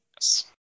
Yes